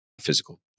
physical